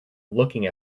looking